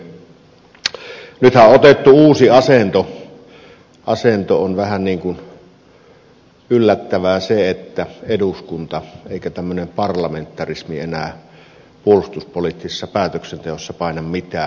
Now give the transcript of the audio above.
asennossa on vähän niin kuin yllättävää se että ei eduskunta eikä tämmöinen parlamentarismi enää puolustuspoliittisessa päätöksenteossa paina mitään